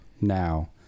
now